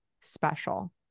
special